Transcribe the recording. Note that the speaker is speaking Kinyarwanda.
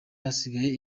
hasigaye